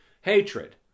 Hatred